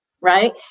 right